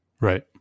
Right